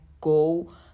go